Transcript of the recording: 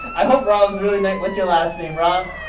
i hope rob's really not, what's your last name rob?